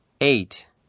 Eight